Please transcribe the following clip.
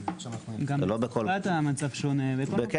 זה לא